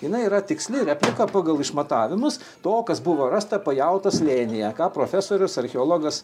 jinai yra tiksli replika pagal išmatavimus to kas buvo rasta pajautos slėnyje ką profesorius archeologas